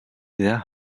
there